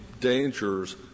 dangers